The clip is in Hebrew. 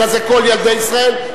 אלא כל ילדי ישראל,